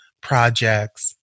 projects